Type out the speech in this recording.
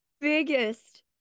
biggest